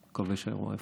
ומקווה שהאירוע יפוענח.